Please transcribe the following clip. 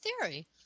theory